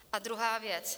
A druhá věc.